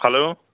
hello